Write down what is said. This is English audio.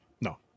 no